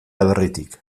aberritik